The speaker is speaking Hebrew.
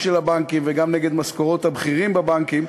של הבנקים וגם נגד משכורות הבכירים בבנקים.